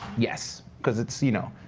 yes. because it's you know